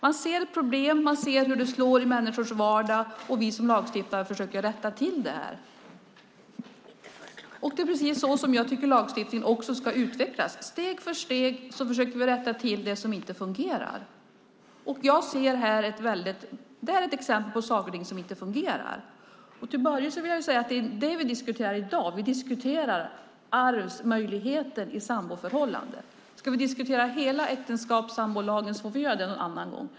Man ser ett problem och ser hur det slår i människors vardag, och då försöker vi som lagstiftare rätta till det. Det är precis så lagstiftningen ska utvecklas, tycker jag. Steg för steg försöker vi rätta till det som inte fungerar. Det här är ett exempel på lagstiftning som inte fungerar. Till Börje vill jag säga att det vi diskuterar i dag är arvsmöjligheten i samboförhållanden. Ska vi diskutera hela äktenskapslagen och sambolagen får vi göra det en annan gång.